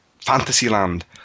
Fantasyland